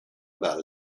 about